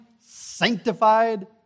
sanctified